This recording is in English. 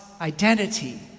identity